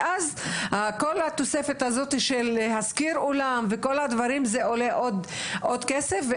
ואז כל התוספת הזאת של להשכיר אולם ויתר הדברים עולה עוד כסף,